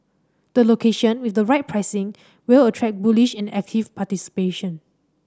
the location with the right pricing will attract bullish and active participation